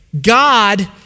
God